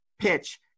PITCH